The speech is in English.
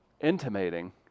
intimating